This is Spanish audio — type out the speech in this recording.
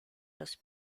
los